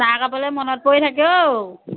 চাহ কাপলে মনত পৰি থাকে অ